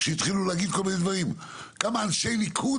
כמה אנשי ליכוד,